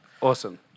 Awesome